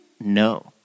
No